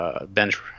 bench